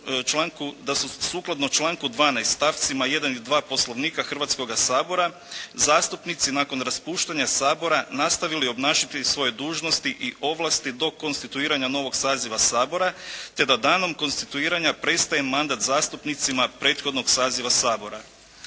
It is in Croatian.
da su sukladno članku 12. stavcima 1. i 2. Poslovnika Hrvatskoga sabora zastupnici nakon raspuštanja Sabora nastavili obnašati svoje dužnosti i ovlasti do konstituiranja novog saziva Sabora te da danom konstituiranja prestaje mandat zastupnicima prethodnog saziva Sabora.